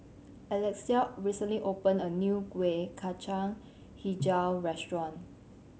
Alexia recently opened a new Kueh Kacang Hijau restaurant